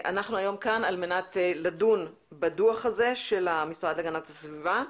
אנחנו היום כאן על מנת לדון בדוח הזה של המשרד להגנת הסביבה.